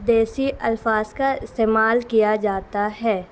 دیسی الفاظ کا استعمال کیا جاتا ہے